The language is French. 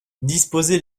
disposez